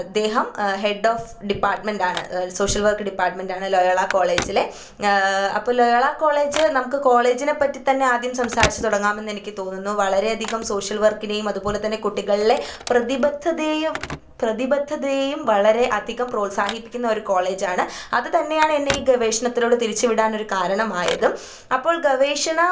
അദ്ദേഹം head of department ആണ് social work department ആണ് ലോയോള കോളേജിലെ അപ്പോൾ ലോയോള കോളേജ് നമുക്ക് കോളേജിനെ പറ്റിത്തന്നെ ആദ്യം സംസാരിച്ചു തുടങ്ങാമെന്ന് എനിക്ക് തോന്നുന്നു വളരെയധികം സോഷ്യൽ വർക്കിനെയും അതുപോലെത്തന്നെ കുട്ടികളിലെ പ്രതിബദ്ധതേയും പ്രതിബദ്ധതേയും വളരെ അധികം പ്രോത്സാഹിപ്പിക്കുന്ന ഒരു കോളേജ് ആണ് അതു തന്നെയാണ് എന്നെ ഈ ഗവേഷണത്തിലോട് തിരിച്ചുവിടാനൊരു കാരണമായതും അപ്പോൾ ഗവേഷണ